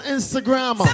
Instagram